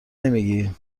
نمیگی